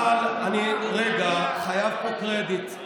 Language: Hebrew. אבל אני רגע חייב פה קרדיט.